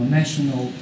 national